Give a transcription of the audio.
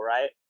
right